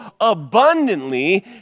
abundantly